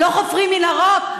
לא חופרים מנהרות?